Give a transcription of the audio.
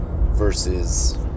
versus